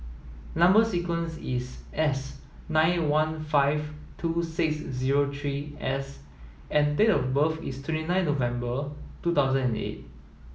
number sequence is S nine one five two six zero three S and date of birth is twenty nine November two thousand and eight